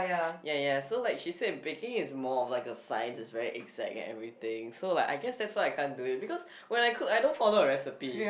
ya ya so like she said baking is more of like a science it's very exact and everything so like I guess that's why I can't do it because when I cook I don't follow the recipe